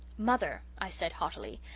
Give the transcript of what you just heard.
mother, i said haughtily,